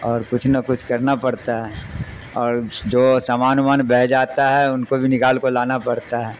اور کچھ نہ کچھ کرنا پڑتا ہے اور جو سامان ومان بہ جاتا ہے ان کو بھی نکال کو لانا پڑتا ہے